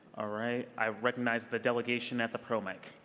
ah right. i recognize the delegation at the pro mic.